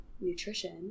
nutrition